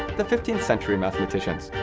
the fifteenth century mathematicians,